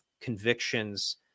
convictions